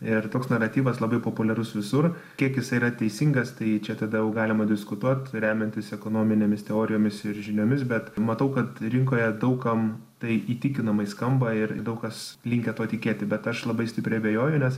ir toks naratyvas labai populiarus visur kiek jis yra teisingas tai čia tada jau galima diskutuot remiantis ekonominėmis teorijomis ir žiniomis bet matau kad rinkoje daug kam tai įtikinamai skamba ir daug kas linkę tuo tikėti bet aš labai stipriai abejoju nes